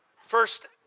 First